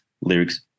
lyrics